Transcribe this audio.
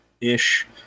ish